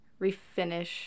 refinish